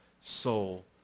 soul